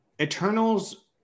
Eternals